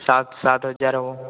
ସାତ ସାତ ହଜାର ହେବ